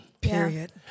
Period